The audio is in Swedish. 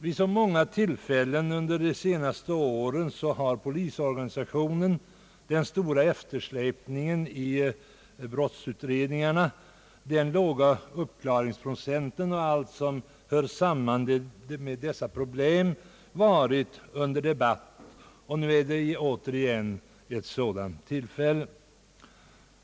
Vid så många tillfällen under de senaste åren har polisorganisationen, den stora eftersläpningen i fråga om brottsutredningarna, den låga uppklaringsprocenten och allt som hör samman med dessa problem varit under debatt, och nu är det återigen ett sådant tillfälle.